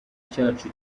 cyacu